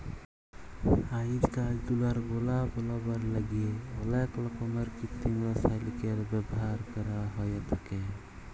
আইজকাইল তুলার গলা বলাবার ল্যাইগে অলেক রকমের কিত্তিম রাসায়লিকের ব্যাভার ক্যরা হ্যঁয়ে থ্যাকে